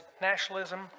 nationalism